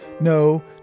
no